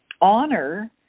honor